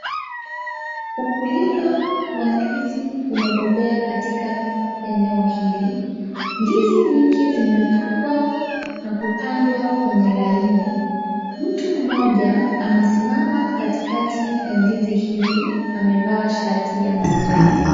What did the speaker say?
Mkulima wandizi umebobea katika eneo hili, ndizi hizi zimepangwa na kupandwa kwenye laini . Mtu mmoja amesimama katikati ya ndizi hizi, amevaa shatibya njano.